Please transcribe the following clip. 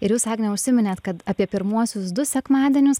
ir jūs agne užsiminėt kad apie pirmuosius du sekmadienius